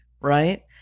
right